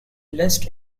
list